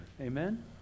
Amen